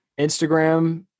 instagram